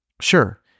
Sure